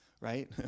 right